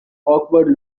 awkward